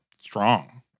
strong